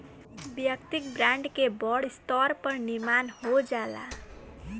वैयक्तिक ब्रांड के बड़ स्तर पर निर्माण हो जाला